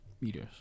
meters